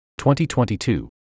2022